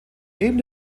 neben